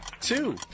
two